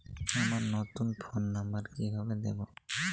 আমার নতুন phone number কিভাবে দিবো?